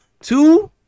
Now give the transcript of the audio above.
Two